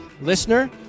Listener